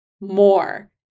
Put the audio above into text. more